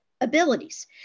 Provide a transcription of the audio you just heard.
abilities